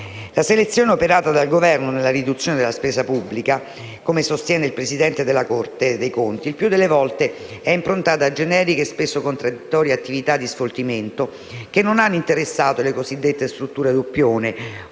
La selezione operata dal Governo nella riduzione della spesa pubblica - come sostiene il Presidente della Corte dei conti - il più delle volte è improntata a generiche e spesso contraddittorie attività di sfoltimento che non hanno interessato le cosiddette "strutture doppione"